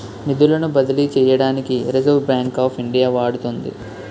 నిధులను బదిలీ చేయడానికి రిజర్వ్ బ్యాంక్ ఆఫ్ ఇండియా వాడుతుంది